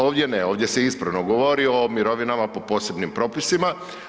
Ovdje ne, ovdje se ispravno govori o mirovinama po posebnim propisima.